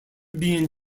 being